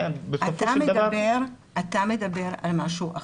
בסופו של דבר --- אתה מדבר על משהו אחר.